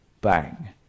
Bang